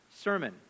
sermon